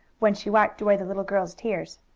when she wiped away the little girl's tears.